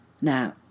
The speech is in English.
Now